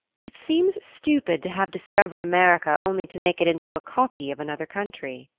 it seems stupid to have discovered america only to make it into a copy of another country.